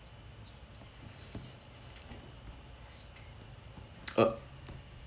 oh